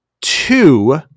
two